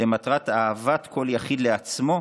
למטרת אהבת כל יחיד לעצמו,